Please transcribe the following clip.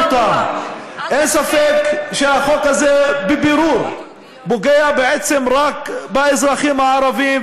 אין ספק שהחוק הזה בבירור פוגע רק באזרחים הערבים,